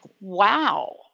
wow